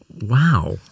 Wow